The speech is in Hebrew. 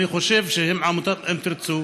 אני חושב שהם, עמותת אם תרצו,